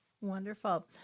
Wonderful